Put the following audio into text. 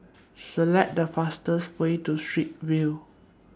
Select The fastest Way to Straits View